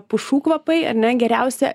pušų kvapai ar ne geriausia